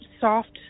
soft